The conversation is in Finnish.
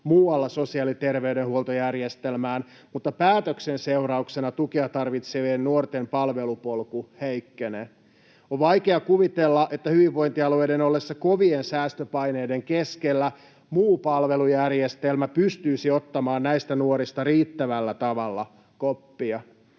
muualle sosiaali- ja terveydenhuoltojärjestelmään, mutta päätöksen seurauksena tukea tarvitsevien nuorten palvelupolku heikkenee. On vaikea kuvitella, että hyvinvointialueiden ollessa kovien säästöpaineiden keskellä muu palvelujärjestelmä pystyisi ottamaan näistä nuorista riittävällä tavalla koppia.